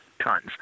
tons